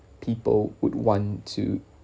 people would want to